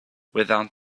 without